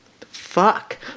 fuck